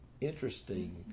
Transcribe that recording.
interesting